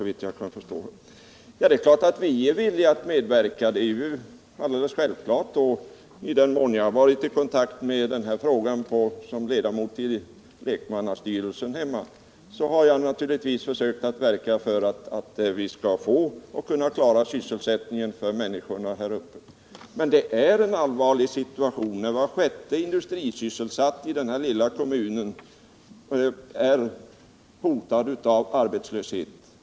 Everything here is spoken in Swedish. Det är självklart att vi är villiga att medverka. I den mån jag varit i kontakt med denna fråga som ledamot av lekmannastyrelsen hemma har jag naturligtvis försökt verka för att vi skall klara sysselsättningen för människorna här uppe. Situationen är allvarlig när var sjätte industrisysselsatt i denna lilla kommun är hotad av arbetslöshet.